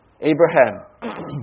Abraham